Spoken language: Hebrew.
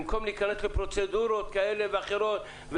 במקום להיכנס לפרוצדורות כאלה ואחרות,